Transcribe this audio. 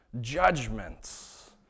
judgments